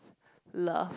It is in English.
Love